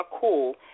cool